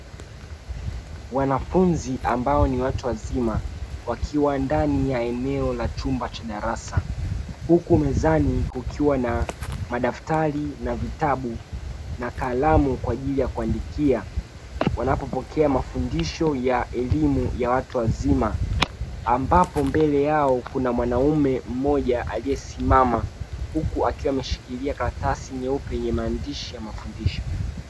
Wanafunzi ambao ni watu wazima wakiwa ndani ya eneo la chumba cha darasa huku mezani kukiwa na madaftari na vitabu na kalamu kwa ajili ya kuandikia, wanapopokea mafundisho ya elimu ya watu wazima ambapo mbele yao kuna mwanaume mmoja aliyesimama, huku akiwa ameshikilia karatasi nyeupe yenye maandishi ya mafundisho.